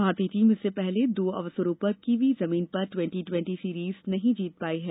भारतीय टीम इससे पहले दो अवसरों पर कीवी जमीन पर ट्वेंटी ट्वेंटी सीरीज नहीं जीत पायी है